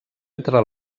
entre